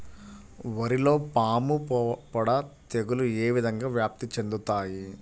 వరిలో పాముపొడ తెగులు ఏ విధంగా వ్యాప్తి చెందుతాయి?